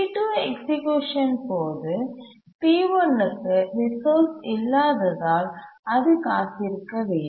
T2 execution போது T1 க்கு resource இல்லாததால் அது காத்திருக்க வேண்டும்